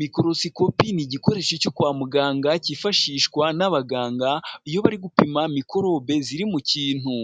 Mikorosikopi ni igikoresho cyo kwa muganga cyifashishwa n'abaganga iyo bari gupima mikorobe ziri mu kintu.